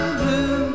blue